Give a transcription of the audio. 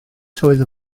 tywydd